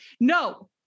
No